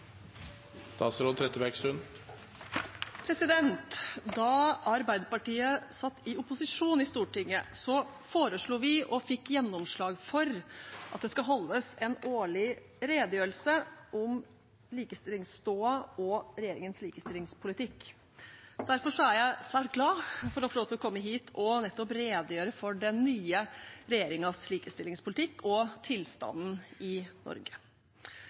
nr. 5. Da Arbeiderpartiet satt i opposisjon i Stortinget, foreslo vi og fikk gjennomslag for at det skal holdes en årlig redegjørelse om likestillingsstoda og regjeringens likestillingspolitikk. Derfor er jeg svært glad for å få lov til å komme hit og redegjøre for den nye regjeringens likestillingspolitikk og tilstanden i Norge.